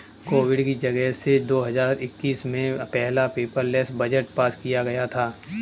Covid की वजह से दो हजार इक्कीस में पहला पेपरलैस बजट पास किया गया था